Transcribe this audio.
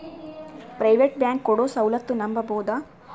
Private bank ಕೊಡೊ ಸೌಲತ್ತು ನಂಬಬೋದ?